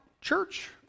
church